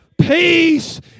Peace